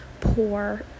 poor